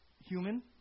human